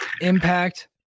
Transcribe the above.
Impact